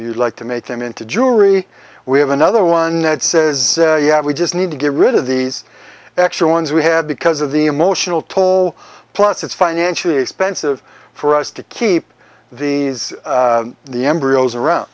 you like to make them into jewelry we have another one that says we just need to get rid of these extra ones we have because of the emotional toll plus it's financially expensive for us to keep the the embryos around